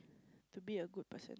to be a good person